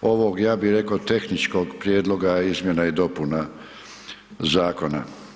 ovog ja bi rekao tehničkog prijedloga izmjena i dopuna zakona.